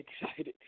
excited